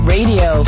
Radio